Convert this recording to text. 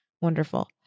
Wonderful